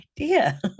idea